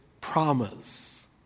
promise